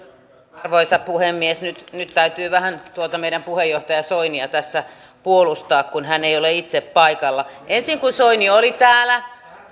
arvoisa puhemies nyt täytyy vähän tuota meidän puheenjohtaja soinia tässä puolustaa kun hän ei ei ole itse paikalla ensin kun soini oli täällä